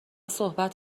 صحبت